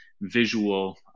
visual